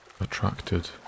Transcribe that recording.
attracted